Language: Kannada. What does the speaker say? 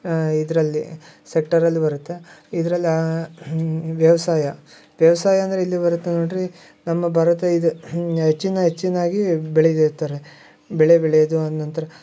ಇದರಲ್ಲಿ ಸೆಕ್ಟರಲ್ಲಿ ಬರುತ್ತೆ ಇದ್ರಲ್ಲಿ ವ್ಯವಸಾಯ ವ್ಯವಸಾಯ ಅಂದರೆ ಇಲ್ಲಿ ಬರತ್ತೆ ನೋಡಿರಿ ನಮ್ಮ ಭಾರತ ಇದು ಹೆಚ್ಚಿನ ಹೆಚ್ಚಿನಾಗಿ ಬೆಳೆದಿರ್ತಾರೆ ಬೆಳೆ ಬೆಳೆಯೋದು ಆ ನಂತರ